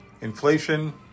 inflation